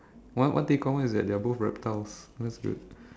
one one thing in common is that they are both reptiles that is good